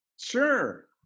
Sure